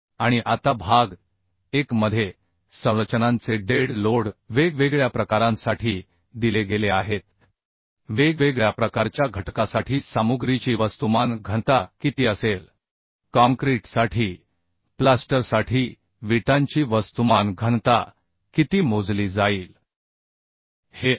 आणि आता भाग 1 मध्ये संरचनांचे डेड लोड वेगवेगळ्या प्रकारांसाठी दिले गेले आहेत वेगवेगळ्या प्रकारच्या घटकासाठी सामुग्रीची वस्तुमान घनता किती असेल काँक्रीटसाठी प्लास्टरसाठी विटांची वस्तुमान घनता किती मोजली जाईल हे आय